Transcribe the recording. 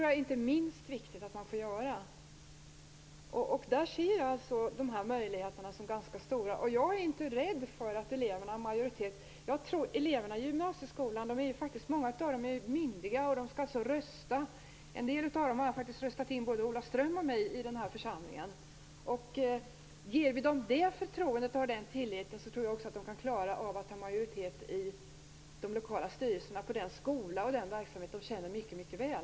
Jag ser stora möjligheter där. Jag är inte rädd för att ge eleverna majoritet. Många av eleverna i gymnasieskolan är myndiga och skall rösta. En del av dem har röstat in både Ola Ström och mig i den här församlingen. Ger vi dem det förtroendet och tilliten, tror jag också att de klarar av att inneha majoriteten i de lokala styrelserna på den skola och verksamhet de känner väl.